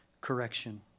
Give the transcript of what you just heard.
correction